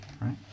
right